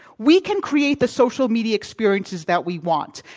we can create the social media experiences that we want,